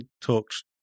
talked